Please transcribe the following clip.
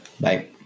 Bye